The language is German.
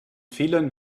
fehlern